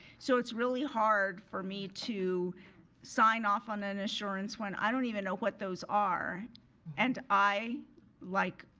so it's really hard for me to sign off on an assurance when i don't even know what those are and i like,